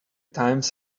times